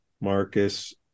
Marcus